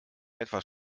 etwas